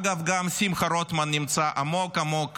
אגב, גם שמחה רוטמן נמצא עמוק-עמוק